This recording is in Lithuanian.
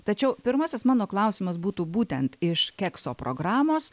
tačiau pirmasis mano klausimas būtų būtent iš kekso programos